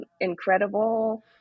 incredible